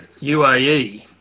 UAE